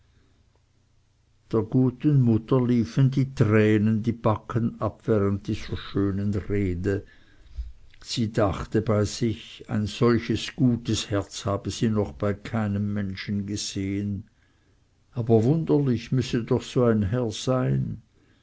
der guten mutter liefen die tränen die backen ab während dieser schönen rede sie dachte bei sich ein solches gutes herz habe sie noch bei keinem menschen gesehen aber wunderlich müßte doch so ein herr sein